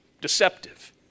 deceptive